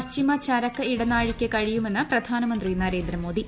പശ്ചിമ ചരക്ക് ഇടനാഴിക്കു കഴിയുമെന്ന് പ്രധാനമന്ത്രി നരേന്ദ്രമോദി